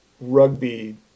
rugby